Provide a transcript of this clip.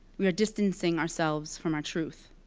we are distancing ourselves from our truth.